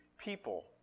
people